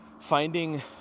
finding